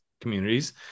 communities